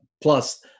plus